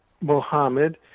Mohammed